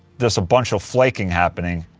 there's a bunch of flaking happening,